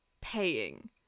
paying